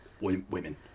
women